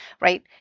right